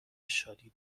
شادی